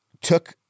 took